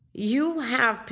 you have,